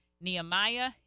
Nehemiah